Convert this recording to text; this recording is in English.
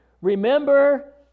Remember